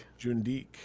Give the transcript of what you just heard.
Jundik